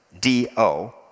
D-O